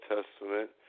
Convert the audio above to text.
Testament